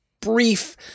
brief